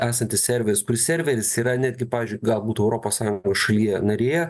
esantis serveris kur serveris yra netgi pavyzdžiui gal būtų europos sąjungos šalyje narėje